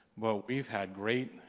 but we've had great,